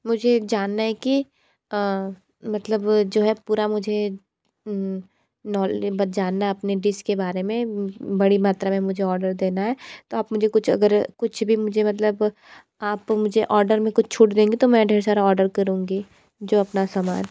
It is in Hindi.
मुझे जानना है कि मतलब जो है पूरा मुझे नॉलेम एक बार जानना अपने डिस के बारे में बड़ी मात्रा मे मुझे ऑर्डर देना है तो आप मुझे कुछ अगर कुछ भी मुझे मतलब आप मुझे ऑर्डर में कुछ छूट देंगे तो मैं ढेर सारा ऑर्डर करूँगी जो अपना समान